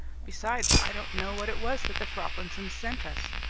besides, i don't know what it was that the froplinsons sent us.